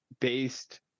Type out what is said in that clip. based